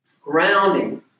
grounding